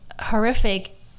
horrific